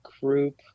group